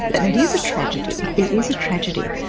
and it is a tragedy. it is a tragedy,